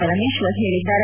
ಪರಮೇಶ್ವರ್ ಹೇಳಿದ್ದಾರೆ